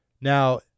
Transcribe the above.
Now